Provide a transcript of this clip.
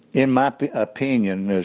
in my opinion,